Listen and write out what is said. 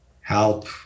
help